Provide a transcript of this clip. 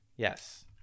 Yes